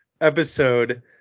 Episode